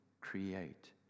create